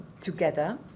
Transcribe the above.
together